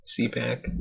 CPAC